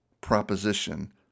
proposition